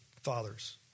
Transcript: fathers